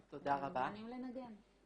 ואתם מוזמנים לנגן.